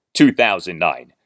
2009